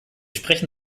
sprechen